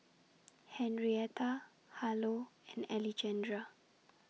Henrietta Harlow and Alejandra